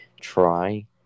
try